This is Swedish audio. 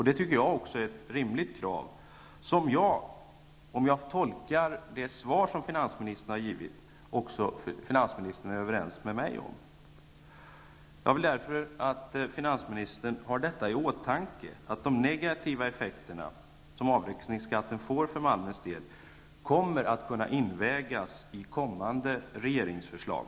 Det tycker jag också är ett rimligt krav, som, om jag tolkar finansministerns svar rätt, finansministern är överens med mig om. Jag vill därför att finansministern har detta i åtanke, och att de negativa effekterna som avräkningsskatten får för Malmös del kommer att invägas i kommande regeringsförslag.